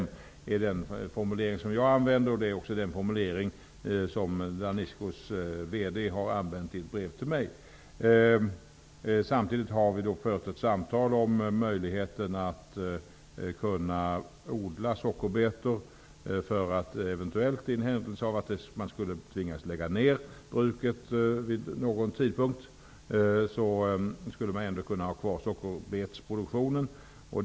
Det var den formulering som jag använde, och det är också den som Daniscos VD har använt i ett brev till mig. Därutöver har vi fört ett samtal om möjligheterna att, för den händelse att man vid någon tidpunkt skulle tvingas lägga ned sockerbruket, ändå eventuellt ha kvar sockerbetsproduktionen.